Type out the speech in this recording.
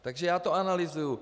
Takže já to analyzuji.